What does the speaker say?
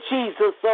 Jesus